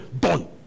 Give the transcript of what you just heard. Done